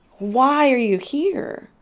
why are you here?